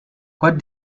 what